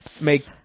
make